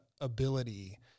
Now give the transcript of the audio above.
ability